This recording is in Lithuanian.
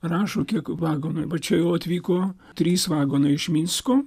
rašo kiek vagonų va čia jau atvyko trys vagonai iš minsko